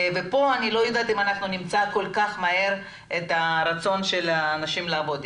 פה אני לא יודעת אם אנחנו נמצא כל כך מהר את הרצון של האנשים לעבוד.